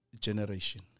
generation